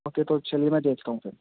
okay تو چلیے میں دیکھتا ہوں پھر